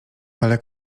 ale